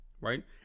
right